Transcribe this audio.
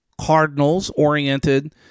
Cardinals-oriented